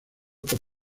por